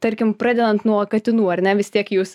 tarkim pradedant nuo katinų ar ne vis tiek jūs